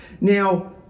Now